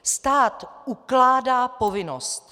Stát ukládá povinnost.